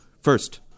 First